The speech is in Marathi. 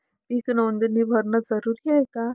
पीक नोंदनी भरनं जरूरी हाये का?